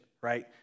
right